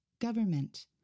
government